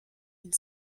une